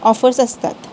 offers असतात